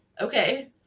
okay